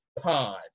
pod